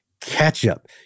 ketchup